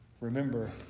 Remember